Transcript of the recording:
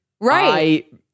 right